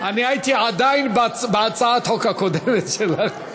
אני הייתי עדיין בהצעת החוק הקודמת שלך.